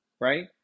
right